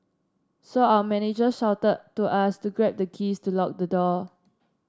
so our manager shouted to us to grab the keys to lock the door